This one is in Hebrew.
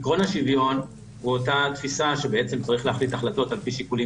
עיקרון השוויון הוא אותה תפיסה שבעצם צריך להחליט החלטות על פי שיקולים